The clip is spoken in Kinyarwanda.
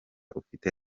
ufite